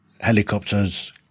helicopters